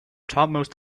topmost